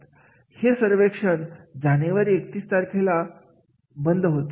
हे सर्वेक्षण जानेवारी 31 तारखेला बंद होते